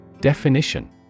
Definition